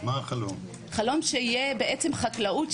החלום הוא שבעצם תהיה בעצם חקלאות,